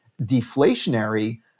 deflationary